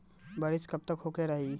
बरिस कबतक होते रही?